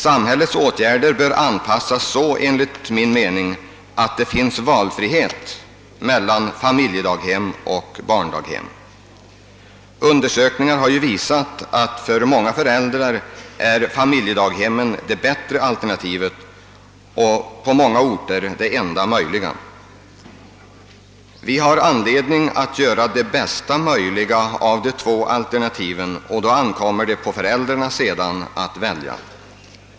Samhädlets åtgärder bör enligt min mening anpassas så, att det finns valfrihet mellan familjedaghem och barndaghem. Undersökningen har visat att för många föräldrar är familjedaghemmen det bättre alternativet och på många orter det enda möjliga. Vi har anledning att göra det bästa möjliga av de två alternativen, och sedan ankommer det på föräldrarna att välja.